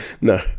no